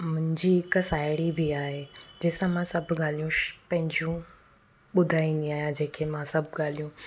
मुंहिंजी हिकु साहेड़ी बि आहे जंहिं सां मां सभु ॻाल्हियूं श पंहिंजूं ॿुधाईंदी आहियां जंहिंखे मां सभु ॻाल्हियूं